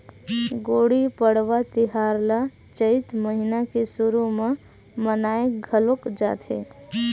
गुड़ी पड़वा तिहार ल चइत महिना के सुरू म मनाए घलोक जाथे